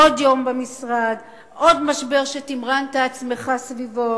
עוד יום במשרד, עוד משבר שתמרנת עצמך סביבו.